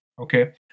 Okay